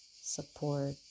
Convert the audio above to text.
support